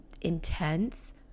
intense